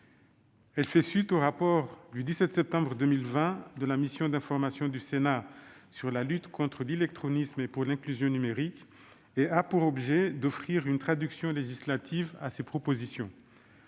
Elle fait suite au rapport du 17 septembre 2020 de la mission d'information du Sénat sur la lutte contre l'illectronisme et pour l'inclusion numérique et a pour objet d'offrir une traduction législative aux propositions